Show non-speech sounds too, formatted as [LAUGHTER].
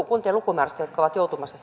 [UNINTELLIGIBLE] kuntien lukumäärästä jotka ovat joutumassa [UNINTELLIGIBLE]